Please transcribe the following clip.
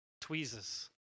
tweezers